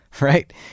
right